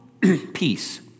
peace